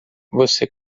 você